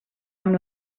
amb